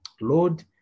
Lord